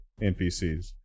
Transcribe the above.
NPCs